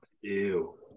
ew